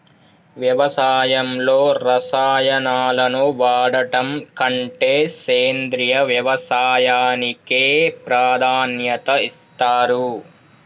వ్యవసాయంలో రసాయనాలను వాడడం కంటే సేంద్రియ వ్యవసాయానికే ప్రాధాన్యత ఇస్తరు